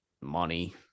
money